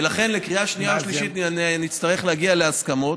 ולכן לקריאה שנייה ושלישית נצטרך להגיע להסכמות.